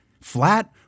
Flat